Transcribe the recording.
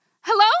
Hello